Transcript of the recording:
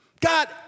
God